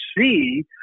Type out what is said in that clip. see